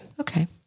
Okay